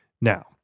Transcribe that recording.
Now